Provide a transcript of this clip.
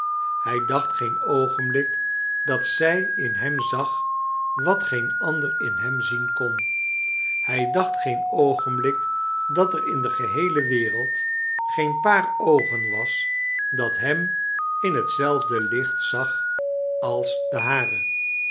hij dacht geen oogenblik dat zij in hem zag wat geen ander in hem zien kon hij dacht geen oogenblik dat er in de geheele wereld geen paar oogen was dat hem in hetzelfde licht zag als de hare